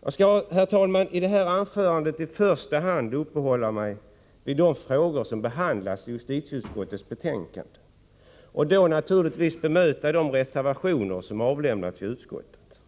Jag skall i det här anförandet i första hand uppehålla mig vid de frågor som behandlas i justitieutskottets betänkande och då naturligtvis bemöta de reservationer som avlämnats i utskottet.